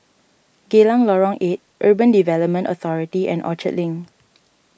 Geylang Lorong eight Urban Redevelopment Authority and Orchard Link